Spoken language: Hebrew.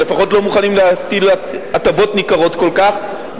לפחות לא מוכנים להתיר הטבות ניכרות כל כך,